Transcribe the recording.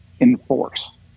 enforce